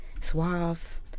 suave